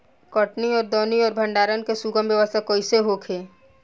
कटनी और दौनी और भंडारण के सुगम व्यवस्था कईसे होखे?